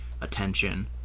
attention